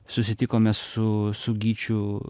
susitikome su su gyčiu